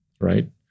right